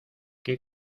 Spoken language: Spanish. qué